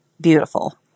beautiful